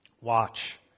Watch